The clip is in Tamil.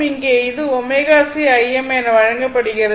இங்கே அது ω c Im என வழங்கப்படுகிறது